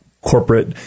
corporate